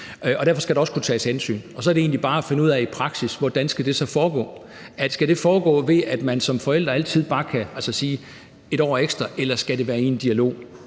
Derfor skal der også kunne tages hensyn, og så er det egentlig bare at finde ud af i praksis, hvordan det så skal foregå. Skal det foregå ved, at man som forældre altid bare kan sige et år ekstra, eller skal det være i en dialog?